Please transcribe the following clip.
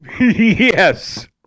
Yes